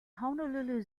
honolulu